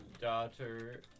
daughter